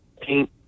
paint